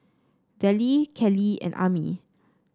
Dellie Keli and Ami